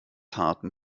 harten